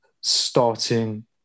starting